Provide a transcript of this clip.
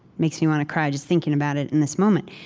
makes me want to cry just thinking about it in this moment.